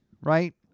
right